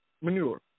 manure